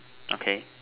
okay